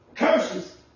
Curses